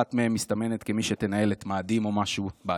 אחת מהם מסתמנת כמי שתנהל את מאדים או משהו בעתיד.